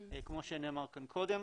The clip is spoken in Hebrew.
כמו שנאמר כאן קודם,